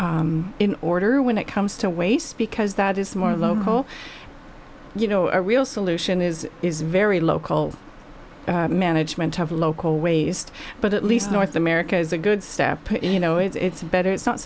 order when it comes to waste because that is more local you know a real solution is is very local management of local waste but at least north america is a good step you know it's better it's not